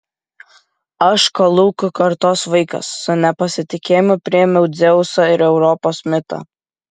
aš kolūkių kartos vaikas su nepasitikėjimu priėmiau dzeuso ir europos mitą